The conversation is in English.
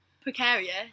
Precarious